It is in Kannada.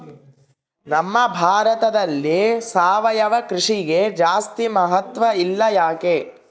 ನಮ್ಮ ಭಾರತದಲ್ಲಿ ಸಾವಯವ ಕೃಷಿಗೆ ಜಾಸ್ತಿ ಮಹತ್ವ ಇಲ್ಲ ಯಾಕೆ?